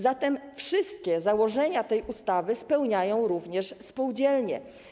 Zatem wszystkie założenia tej ustawy są spełniane również przez spółdzielnie.